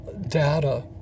data